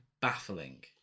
baffling